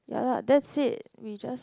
ya that's it we just